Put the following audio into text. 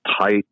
tight